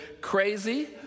crazy